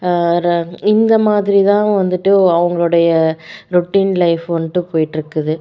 ர இந்த மாதிரி தான் வந்துவிட்டு அவங்களுடைய ரொட்டின் லைஃப் வந்துட்டு போய்ட்ருக்குது